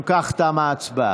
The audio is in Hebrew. אם כך, תמה ההצבעה.